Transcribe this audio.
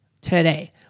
today